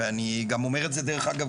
ואני גם אומר את זה דרך אגב,